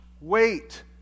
wait